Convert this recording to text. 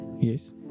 Yes